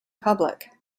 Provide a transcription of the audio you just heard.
public